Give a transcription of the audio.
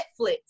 Netflix